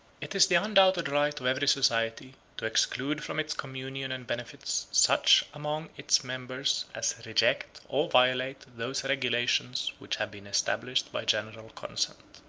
it is the undoubted right of every society to exclude from its communion and benefits such among its members as reject or violate those regulations which have been established by general consent.